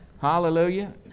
Hallelujah